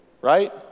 right